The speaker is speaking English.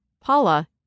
Paula